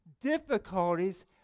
difficulties